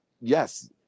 Yes